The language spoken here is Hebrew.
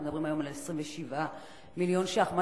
אנחנו מדברים היום על 27 מיליון שקלים,